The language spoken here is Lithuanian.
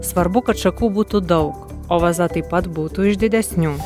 svarbu kad šakų būtų daug o vaza taip pat būtų iš didesnių